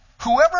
Whoever